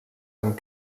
amb